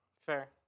Fair